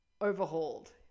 overhauled